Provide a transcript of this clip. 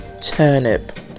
turnip